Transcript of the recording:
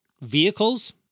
vehicles